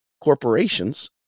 corporations